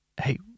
Hey